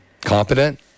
competent